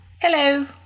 Hello